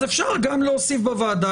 אז אפשר להוסיף בוועדה,